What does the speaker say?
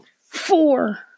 Four